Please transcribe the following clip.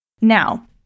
Now